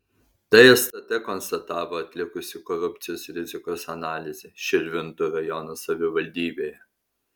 tai stt konstatavo atlikusi korupcijos rizikos analizę širvintų rajono savivaldybėje